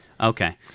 Okay